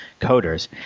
coders